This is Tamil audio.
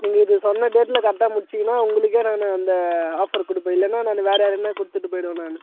நீங்கள் இது சொன்ன டேட்டில் கரக்டாக முடிச்சீங்கன்னால் உங்களுக்கே நான் அந்த ஆஃபர் கொடுப்பேன் இல்லைன்னா நான் வேறு யாருக்குன்னால் கொடுத்துட்டு போயிடுவேன் நான்